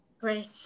Great